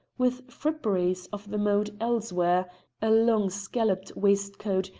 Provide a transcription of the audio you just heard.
with fripperies of the mode elsewhere a long scalloped waistcoat,